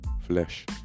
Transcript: flesh